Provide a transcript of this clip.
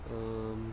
um